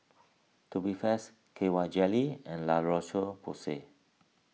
Tubifast K Y Jelly and La Roche Porsay